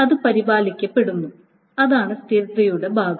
അത് പരിപാലിക്കപ്പെടുന്നു അതാണ് സ്ഥിരതയുടെ ഭാഗം